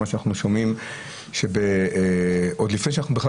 ממה שאנחנו שומעים עוד לפני שאנחנו בכלל